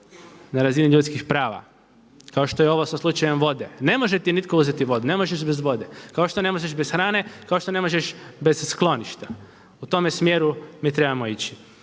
na razini ljudskih prava kao što je ovo sa slučajem vode. Ne može ti nitko uzeti vodu, ne možeš bez vode, kao što ne možeš bez hrane, kao što ne možeš bez skloništa. U tome smjeru mi trebamo ići.